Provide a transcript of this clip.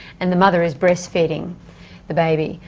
and the mother is breastfeeding the baby.